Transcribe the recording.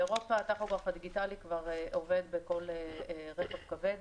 באירופה הטכוגרף הדיגיטלי כבר עובד בכל רכב כבד,